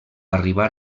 arribar